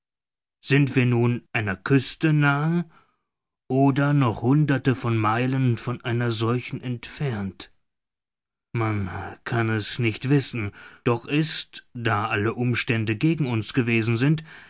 sind wir nun einer küste nahe oder noch hunderte von meilen von einer solchen entfernt man kann es nicht wissen doch ist da alle umstände gegen uns gewesen sind